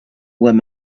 where